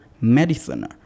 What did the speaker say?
medicine